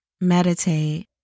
meditate